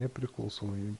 nepriklausomybės